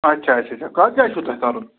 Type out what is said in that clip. اَچھا اَچھا اَچھا کَتھ جایہِ چھُو تۄہہِ تَرُن